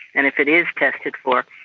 and if it is tested for,